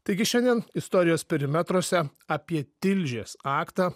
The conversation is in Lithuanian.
taigi šiandien istorijos perimetruose apie tilžės aktą